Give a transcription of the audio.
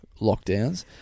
lockdowns